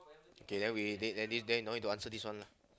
K then we date then you no need to answer this one lah